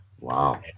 Wow